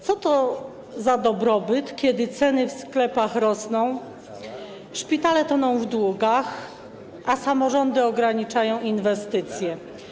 Co to za dobrobyt, kiedy ceny w sklepach rosną, szpitale toną w długach, a samorządy ograniczają inwestycje?